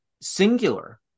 singular